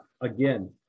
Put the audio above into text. again